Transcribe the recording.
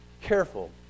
careful